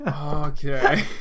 okay